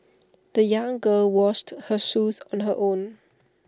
the young girl washed her shoes on her own